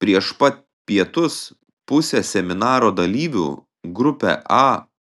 prieš pat pietus pusę seminaro dalyvių grupę a